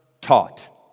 taught